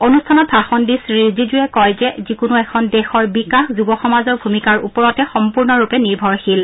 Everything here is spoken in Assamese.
অনুষ্ঠানত ভাষণ দি শ্ৰী ৰিজিজুৱে কয় যে যিকোনো এখন দেশৰ বিকাশ যুৱ সমাজৰ ভূমিকাৰ ওপৰতে সম্পূৰ্ণৰূপে নিৰ্ভাৰশীল